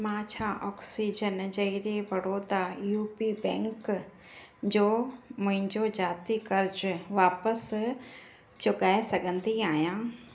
मां छा ऑक्सीजन जहिड़े बड़ौदा यू पी बैंक जो मुंहिंजो ज़ाती क़र्ज़ु वापसि चुकाए सघंदी आहियां